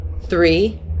Three